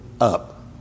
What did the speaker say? up